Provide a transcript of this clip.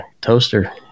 toaster